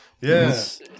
Yes